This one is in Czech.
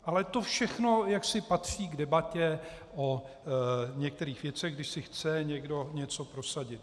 Ale to všechno patří k debatě o některých věcech, když si chce někdo něco prosadit.